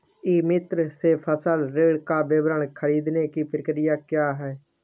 ई मित्र से फसल ऋण का विवरण ख़रीदने की प्रक्रिया क्या है?